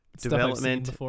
development